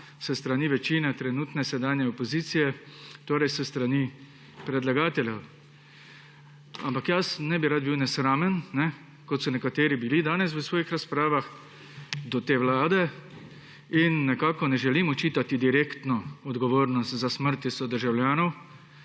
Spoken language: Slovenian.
s strani večine trenutne sedanje opozicije, torej s strani predlagatelja. Ampak ne bi rad bil nesramen, kot so nekateri bili danes v svojih razpravah do te vlade, in nekako ne želim očitati direktno odgovornost za smrt sodržavljanov,